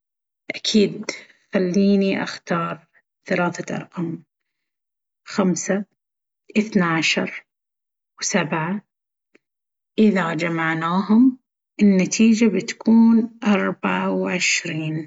أكيد! خليني أختار ثلاثة أرقام: خمسة، اثنا عشر، وسبعة. إذا جمعناهم، النتيجة بتكون أربعة وعشرين.